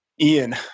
Ian